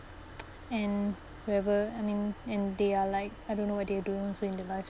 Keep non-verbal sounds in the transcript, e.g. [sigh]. [noise] and whatever I mean and they are like I don't know what they're doing also in their lives